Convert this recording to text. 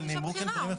חופש הבחירה.